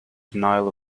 denial